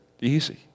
easy